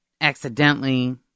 accidentally